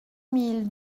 mille